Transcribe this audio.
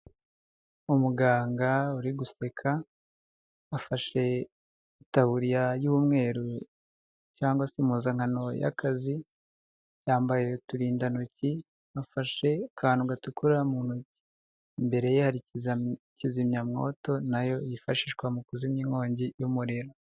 Umuganga uri guseka afashe itaburiya y'umweru cyangwa se impuzankano y'akazi, yambaye uturindantoki afashe akantu gatukura mu ntoki, imbere ye hari kizimyamoto nayo yifashishwa mu kuzimya inkongi y'umuriro.